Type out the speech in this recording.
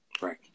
right